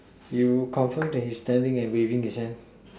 you confirm that he standing and waving his hand